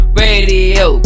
radio